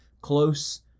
close